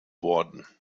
worden